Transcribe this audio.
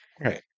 right